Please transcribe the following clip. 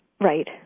Right